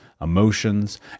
emotions